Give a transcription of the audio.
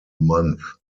month